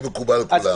יהיה מקובל על כולנו.